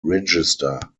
register